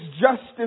justice